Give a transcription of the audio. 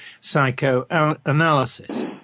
Psychoanalysis